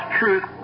truth